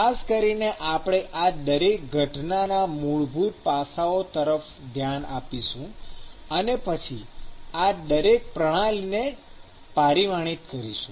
ખાસ કરીને આપણે આ દરેક ઘટનાના મૂળભૂત પાસાઓ તરફ ધ્યાન આપીશું અને પછી આપણે આ દરેક પ્રણાલી ને પારિમાણિત કરીશું